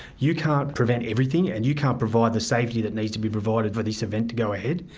you can't prevent everything and you can't provide the safety that needs to be provided for this event to go ahead.